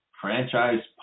franchise